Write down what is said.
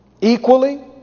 Equally